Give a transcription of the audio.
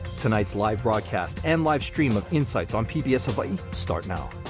tonight's live broadcast and livestream of insights on pbs hawaii start now.